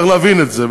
צריך להבין את זה.